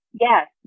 yes